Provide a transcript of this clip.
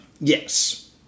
Yes